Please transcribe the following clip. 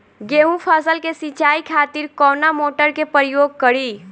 गेहूं फसल के सिंचाई खातिर कवना मोटर के प्रयोग करी?